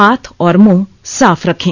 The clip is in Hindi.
हाथ और मुंह साफ रखें